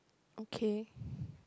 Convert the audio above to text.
okay